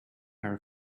her